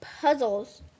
puzzles